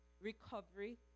recovery